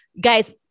guys